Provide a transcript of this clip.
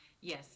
yes